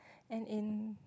and in